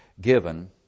given